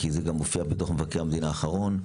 כי זה גם הופיע בדוח מבקר המדינה האחרון,